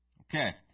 Okay